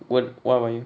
what what about you